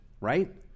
right